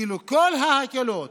כאילו, כל ההקלות